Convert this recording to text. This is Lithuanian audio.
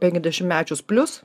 penkiasdešimtmečius plius